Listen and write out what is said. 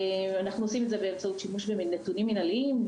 אנחנו עושים את זה באמצעות שימוש בנתונים מנהליים,